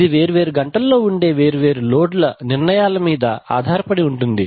ఇది వేరు వేరు గంటల్లో ఉండే వేరు వేరు లోడ్ ల నిర్ణయాల మీద నిర్ణయాలు ఆధారపడి ఉంటుంది